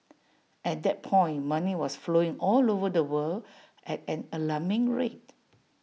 at that point money was flowing all over the world at an alarming rate